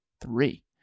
three